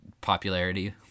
popularity